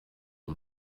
son